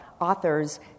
authors